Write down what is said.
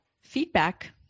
feedback